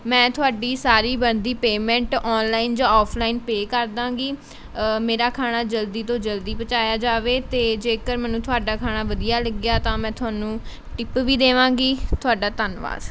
ਮੈਂ ਤੁਹਾਡੀ ਸਾਰੀ ਬਣਦੀ ਪੇਮੈਂਟ ਔਨਲਾਈਨ ਜਾਂ ਔਫਲਾਈਨ ਪੇ ਕਰ ਦਾਂਗੀ ਮੇਰਾ ਖਾਣਾ ਜਲਦੀ ਤੋਂ ਜਲਦੀ ਪਹੁੰਚਾਇਆ ਜਾਵੇ ਅਤੇ ਜੇਕਰ ਮੈਨੂੰ ਤੁਹਾਡਾ ਖਾਣਾ ਵਧੀਆ ਲੱਗਿਆ ਤਾਂ ਮੈਂ ਤੁਹਾਨੂੰ ਟਿੱਪ ਵੀ ਦੇਵਾਂਗੀ ਤੁਹਾਡਾ ਧੰਨਵਾਦ